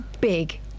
big